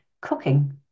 cooking